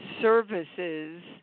services